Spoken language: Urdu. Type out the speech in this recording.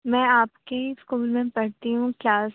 میں آپ کے ہی اسکول میں پڑھتی ہوں کلاس